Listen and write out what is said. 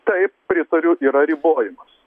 taip pritariu yra ribojimas